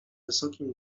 wysokim